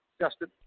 Justin